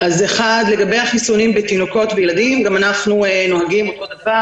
לגבי החיסונים בתינוקות וילדים גם אנחנו נוהגים באותו אופן,